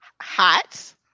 Hot